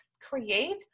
create